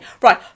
Right